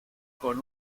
con